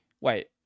Wait